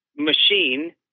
Machine